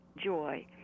joy